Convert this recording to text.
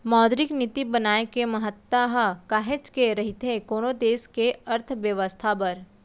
मौद्रिक नीति बनाए के महत्ता ह काहेच के रहिथे कोनो देस के अर्थबेवस्था बर